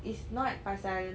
it's not pasal